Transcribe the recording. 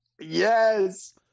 Yes